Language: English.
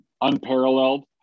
unparalleled